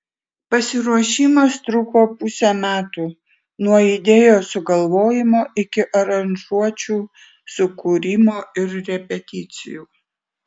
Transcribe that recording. pasiruošimas truko pusę metų nuo idėjos sugalvojimo iki aranžuočių sukūrimo ir repeticijų